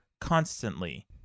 constantly